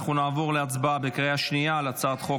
אנחנו נעבור להצבעה בקריאה שנייה על הצעת חוק